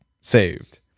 saved